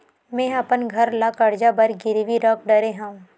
मेहा अपन घर ला कर्जा बर गिरवी रख डरे हव